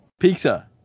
Pizza